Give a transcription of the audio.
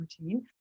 routine